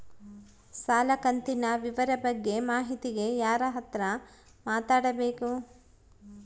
ಸಾಲ ಕಂತಿನ ವಿವರ ಬಗ್ಗೆ ಮಾಹಿತಿಗೆ ಯಾರ ಹತ್ರ ಮಾತಾಡಬೇಕು?